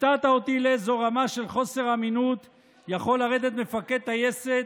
הפתעת אותי לאיזו רמה של חוסר אמינות יכול לרדת מפקד טייסת,